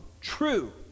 true